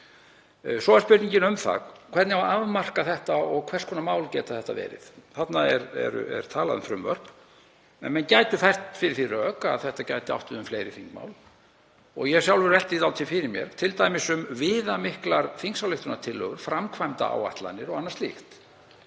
Svo er spurningin um það hvernig eigi að afmarka þetta og hvers konar mál þetta geti verið. Þarna er talað um frumvörp en menn gætu fært fyrir því rök að þetta gæti átt við um fleiri þingmál — og ég hef sjálfur velt því dálítið fyrir mér — t.d. um viðamiklar þingsályktunartillögur, framkvæmdaáætlanir og annað slíkt.